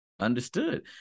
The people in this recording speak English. Understood